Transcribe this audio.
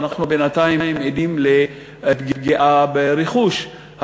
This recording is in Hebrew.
אנחנו בינתיים עדים לפגיעה ברכוש,